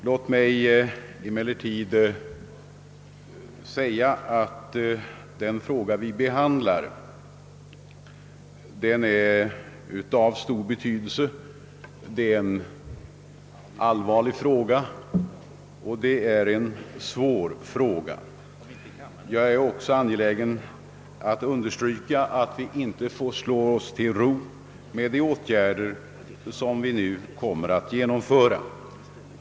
Låt mig emellertid först säga att den fråga vi behandlar är av stor betydelse. Den är ett allvarligt och svårt spörsmål. Jag är också angelägen om att understryka att vi inte får slå oss till ro med de åtgärder, som vi nu står redo att genomföra.